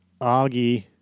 Augie